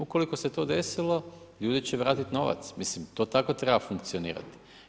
Ukoliko se to desilo, ljudi će vratiti novac, mislim to tako treba funkcionirati.